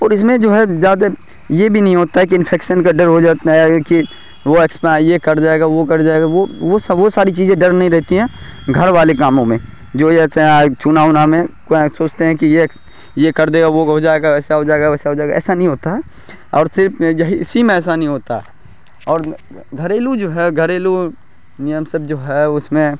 اور اس میں جو ہے زیادہ یہ بھی نہیں ہوتا ہے کہ انفیکسن کا ڈر ہو جاتا ہے یا یہ کہ وہ اس میں یہ کٹ جائے گا وہ کٹ جائے گا وہ وہ ساری چیزیں ڈر نہیں رہتی ہیں گھر والے کاموں میں جو یہ سا چونا اونا میں سوچتے ہیں کہ یہ یہ کر دے گا وہ ہو جائے گا ایسا ہو جائے گا ویسا ہو جائے ایسا نہیں ہوتا ہے اور صرف یہی اسی میں ایسا نہیں ہوتا اور گھریلو جو ہے گھریلو نیم سب جو ہے اس میں